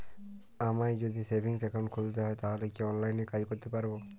আমায় যদি savings account খুলতে হয় তাহলে কি অনলাইনে এই কাজ করতে পারবো?